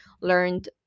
learned